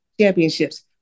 championships